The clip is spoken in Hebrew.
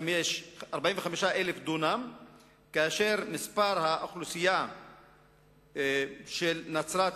45,000 דונם וגודל האוכלוסייה שלה,